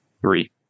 Three